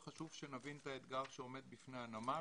יחד עם זאת מאוד חשוב שנבין את האתגר שעומד בפני הנמל,